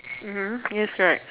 mmhmm skill set